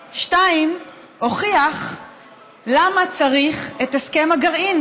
2. הוכיח למה צריך את הסכם הגרעין,